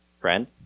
friend